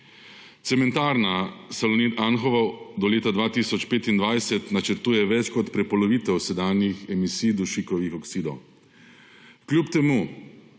Cementarna Salonit Anhovo do leta 2025 načrtuje več kot prepolovitev sedanjih emisij dušikovih oksidov. Kljub temu